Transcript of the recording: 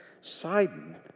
Sidon